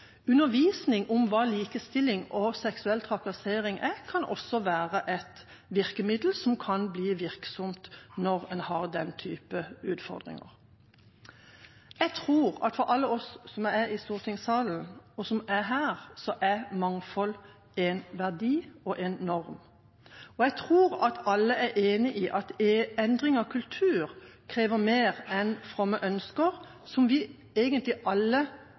Undervisning om hva likestilling og seksuell trakassering er, kan også være et virkemiddel som kan bli virksomt når en har den typen utfordringer. Jeg tror at for alle oss her i stortingssalen er mangfold en verdi og en norm. Jeg tror at alle er enig i at endring av kultur krever mer enn fromme ønsker som vi alle egentlig